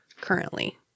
currently